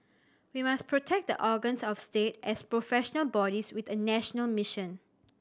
we must protect the organs of state as professional bodies with a national mission